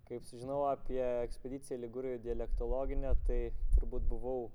kaip sužinau apie ekspediciją ligūrijoj dialektologinę tai turbūt buvau